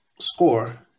score